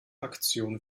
aktion